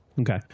Okay